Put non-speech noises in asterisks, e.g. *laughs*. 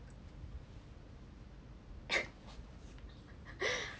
*laughs*